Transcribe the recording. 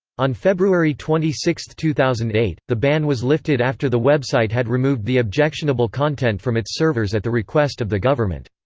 on february twenty six, two thousand and eight, the ban was lifted after the website had removed the objectionable content from its servers at the request of the government.